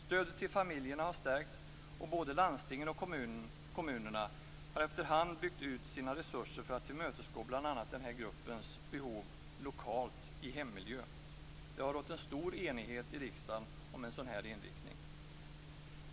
Stödet till familjerna har stärkts, och både landstingen och kommunerna har efter hand byggt ut sina resurser för att tillmötesgå bl.a. den här gruppens behov lokalt, i hemmiljö. Det har rått en stor enighet i riksdagen om en sådan här inriktning.